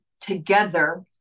together